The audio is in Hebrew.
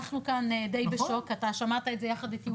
אנחנו כאן די בשוק, אתה שמעת את זה יחד איתי.